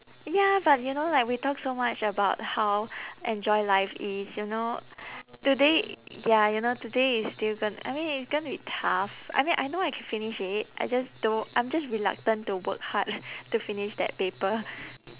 ya but you know like we talk so much about how enjoy life is you know today ya you know today is due gon~ I mean it's gonna be tough I mean I know I can finish it I just do~ I'm just reluctant to work hard to finish that paper